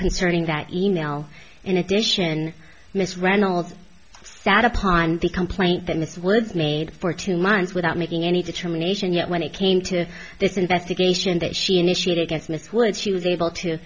concerning that e mail in addition miss reynolds sat upon the complaint then this was made for two months without making any determination yet when it came to this investigation that she initiated against miss wood she was able to